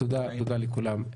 תודה לכולם.